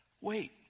Wait